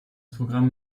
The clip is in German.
programm